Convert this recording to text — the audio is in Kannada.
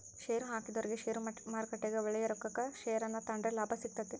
ಷೇರುಹಾಕಿದೊರಿಗೆ ಷೇರುಮಾರುಕಟ್ಟೆಗ ಒಳ್ಳೆಯ ರೊಕ್ಕಕ ಷೇರನ್ನ ತಾಂಡ್ರೆ ಲಾಭ ಸಿಗ್ತತೆ